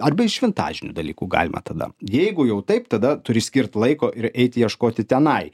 arba iš vintažinių dalykų galima tada jeigu jau taip tada turi skirt laiko ir eit ieškoti tenai